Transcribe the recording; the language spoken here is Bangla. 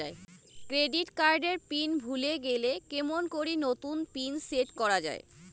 ক্রেডিট কার্ড এর পিন ভুলে গেলে কেমন করি নতুন পিন সেট করা য়ায়?